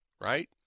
right